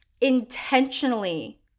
intentionally